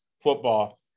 football